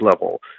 level